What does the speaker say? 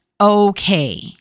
okay